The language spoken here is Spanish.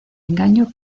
engaño